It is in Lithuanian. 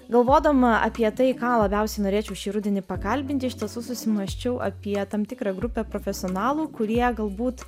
galvodama apie tai ką labiausiai norėčiau šį rudenį pakalbint iš tiesų susimąsčiau apie tam tikrą grupę profesionalų kurie galbūt